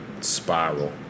spiral